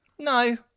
No